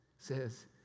Says